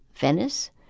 Venice